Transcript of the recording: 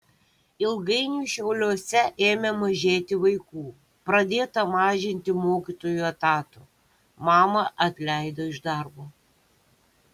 ilgainiui šiauliuose ėmė mažėti vaikų pradėta mažinti mokytojų etatų mamą atleido iš darbo